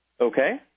Okay